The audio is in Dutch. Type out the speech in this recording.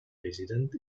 president